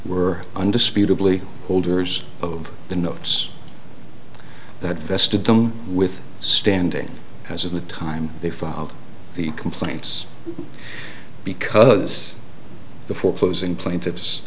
were undisputedly holders of the notes that vested them with standing as of the time they filed the complaints because the foreclosing plaintiffs